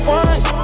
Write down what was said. one